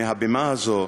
מהבימה הזאת,